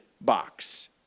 box